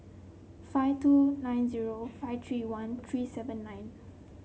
five two nine zero five three one three seven nine